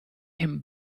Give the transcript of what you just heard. him